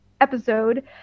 episode